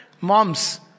Moms